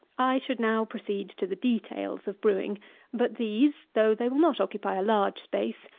i should now proceed to the details of brewing but these, though they will not occupy a large space,